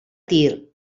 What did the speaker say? tir